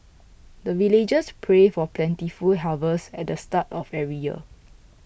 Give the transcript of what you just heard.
the villagers pray for plentiful harvest at the start of every year